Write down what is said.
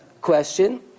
question